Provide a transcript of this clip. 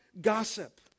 gossip